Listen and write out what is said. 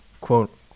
quote